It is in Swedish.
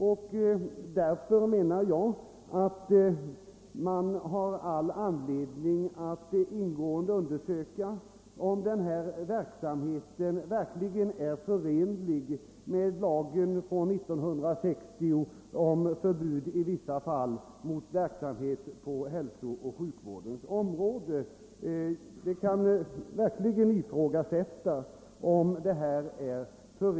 Man har därför enligt mitt förmenande all anledning att ingående undersöka om denna verksamhet verkligen är förenlig med lagen av år 1960 om förbud i vissa fall mot verksamhet på hälsooch sjukvårdens område.